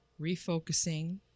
refocusing